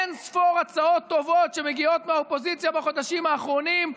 אין-ספור הצעות טובות מגיעות מהאופוזיציה בחודשים האחרונים,